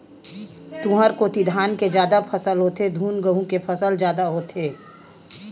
तुँहर कोती धान के जादा फसल होथे धुन गहूँ के फसल जादा होथे?